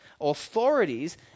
authorities